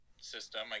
system